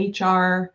HR